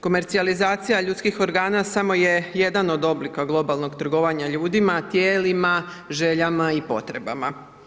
Komercijalizacija ljudskih organa samo je jedan od oblika globalnog trgovanja ljudima, tijelima, željama i potrebama.